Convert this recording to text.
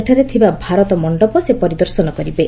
ସେଠାରେ ଥିବା ଭାରତ ମଣ୍ଡପ ସେ ପରିଦର୍ଶନ କରିବେ